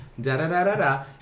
Da-da-da-da-da